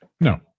No